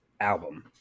album